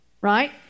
right